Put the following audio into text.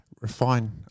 refine